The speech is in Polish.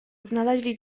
znaleźli